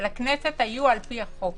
שהיו לכנסת על פי החוק.